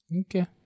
Okay